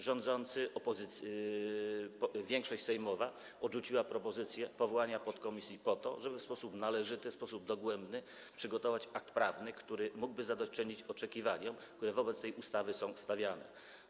Rządzący, większość sejmowa odrzuciła propozycję powołania podkomisji po to, żeby w sposób należyty, w sposób dogłębny przygotować akt prawny, który mógłby zadośćuczynić oczekiwaniom, które wobec tej ustawy są stawiane.